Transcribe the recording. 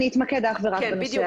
אתמקד אך ורק בנושא